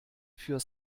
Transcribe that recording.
für